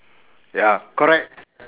ya correct